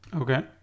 Okay